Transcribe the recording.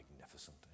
magnificent